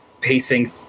pacing